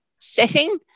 setting